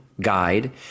guide